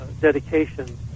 dedication